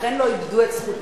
לכן הם לא איבדו את זכותם.